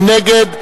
מי נגד?